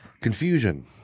Confusion